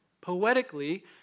poetically